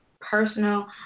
personal